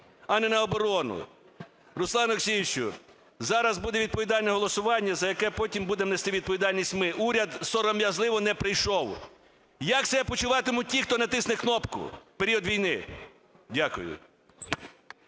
а не на оборону? Руслане Олексійовичу, зараз буде відповідальне голосування, за яке потім будемо нести відповідальність ми. Уряд сором'язливо не прийшов. Як себе почуватимуть ті, хто натисне кнопку в період війни? Дякую.